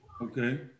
Okay